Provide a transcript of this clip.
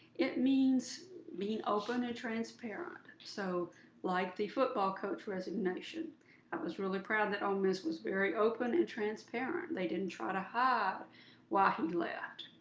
it means being open and transparent. so like the football coach resignation, i was really proud that ole miss was very open and transparent, they didn't try to hide why we left.